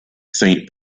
saint